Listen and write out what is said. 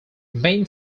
main